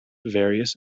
various